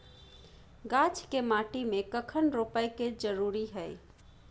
गाछ के माटी में कखन रोपय के जरुरी हय?